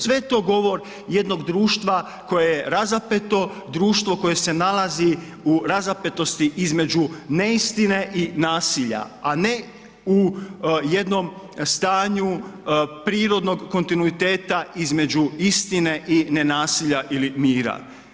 Sve je to govor jednog društva koje je razapeto, društvo koje se nalazi u razapetosti između neistine i nasilja, a ne u jednom stanju prirodnog kontinuiteta između istine i nenasilja ili mira.